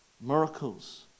miracles